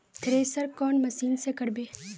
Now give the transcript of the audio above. Thresher कौन machine से करबे?